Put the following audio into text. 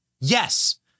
Yes